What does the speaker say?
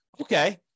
Okay